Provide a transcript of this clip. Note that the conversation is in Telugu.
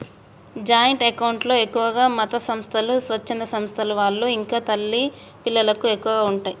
జాయింట్ అకౌంట్ లో ఎక్కువగా మతసంస్థలు, స్వచ్ఛంద సంస్థల వాళ్ళు ఇంకా తల్లి పిల్లలకు ఎక్కువగా ఉంటయ్